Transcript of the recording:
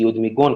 ציוד מיגון,